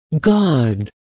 God